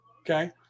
Okay